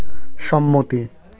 সম্মতি